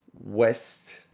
west